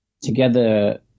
together